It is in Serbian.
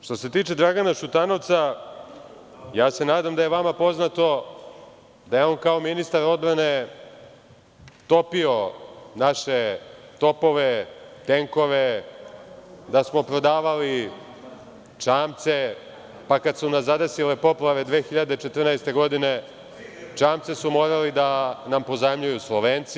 Što se tiče Dragana Šutanovca, ja se nadam da je vama poznato da je on kao ministar odbrane topio naše topove, tenkove, da smo prodavali čamce, pa kada su nas zadesile poplave 2014. godine, čamce su morali da nam pozajmljuju Slovenci.